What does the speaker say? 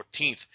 14th